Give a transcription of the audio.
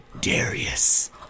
Darius